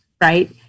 right